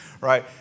right